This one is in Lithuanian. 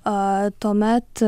a tuomet